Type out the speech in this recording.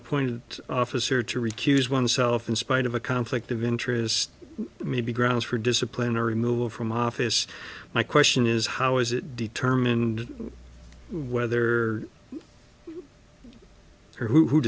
appointed officer to recuse oneself in spite of a conflict of interest may be grounds for discipline or removal from office my question is how is it determined whether who